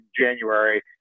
January